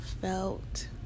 felt